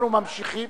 אנחנו ממשיכים